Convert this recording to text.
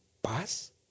paz